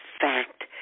fact